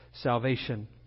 salvation